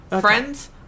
friends